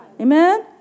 Amen